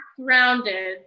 grounded